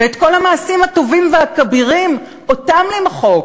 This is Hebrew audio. ואת כל המעשים הטובים והכבירים, אותם למחוק?